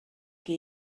que